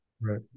right